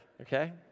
okay